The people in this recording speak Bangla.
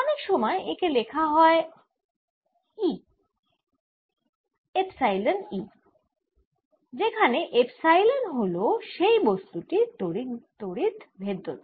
অনেক সময় একে লেখা হয় e এপসাইলন E যেখানে এপসাইলন হল সেই বস্তু টির তড়িৎ ভেদ্যতা